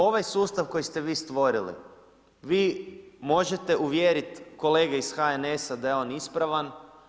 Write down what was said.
Ovaj sustav koji ste vi stvorili, vi možete uvjeriti kolege iz HNS-a da je on ispravan.